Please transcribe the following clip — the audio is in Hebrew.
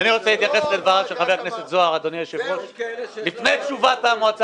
אבל זה מועבר